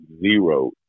zero